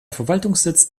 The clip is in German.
verwaltungssitz